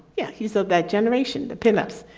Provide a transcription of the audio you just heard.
yeah, he said that generation the pin-ups.